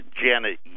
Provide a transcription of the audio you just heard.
Janet